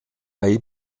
bay